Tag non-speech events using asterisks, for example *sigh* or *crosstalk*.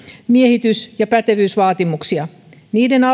miehitys ja pätevyysvaatimuksia niiden *unintelligible*